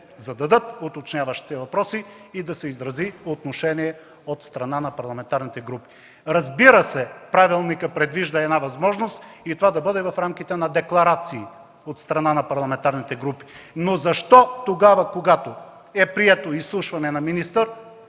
зададат уточняващи въпроси и да се изрази отношение от страна на парламентарните групи. Разбира се, правилникът предвижда една възможност това да бъде в рамките на декларации от страна на парламентарните групи, но защо, когато е прието изслушване на министър,